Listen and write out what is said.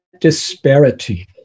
disparity